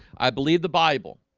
i believe the bible?